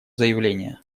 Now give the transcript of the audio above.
заявление